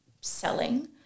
selling